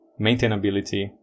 maintainability